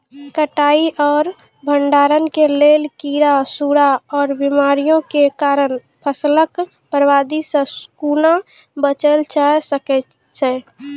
कटाई आर भंडारण के लेल कीड़ा, सूड़ा आर बीमारियों के कारण फसलक बर्बादी सॅ कूना बचेल जाय सकै ये?